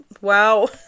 wow